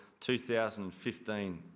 2015